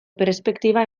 perspektiba